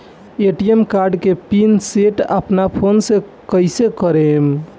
ATM card के pin set अपना phone से कइसे करेम?